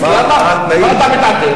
אז, אני רק אומר מה התנאים.